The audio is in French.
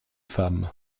femme